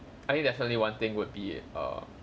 I mean definitely one thing would be err